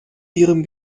ihrem